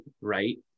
right